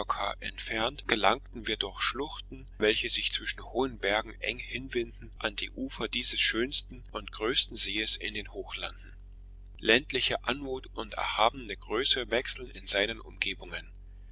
gelangten wir durch schluchten welche sich zwischen hohen bergen eng hinwinden an die ufer dieses schönsten und größten sees in den hochlanden ländliche anmut und erhabene größe wechseln in seinen umgebungen